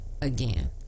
again